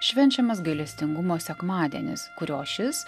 švenčiamas gailestingumo sekmadienis kurio šis